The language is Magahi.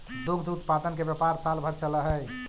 दुग्ध उत्पादन के व्यापार साल भर चलऽ हई